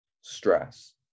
stress